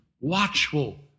watchful